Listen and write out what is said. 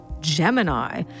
Gemini